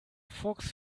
fuchs